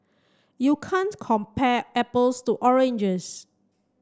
you can't compare apples to oranges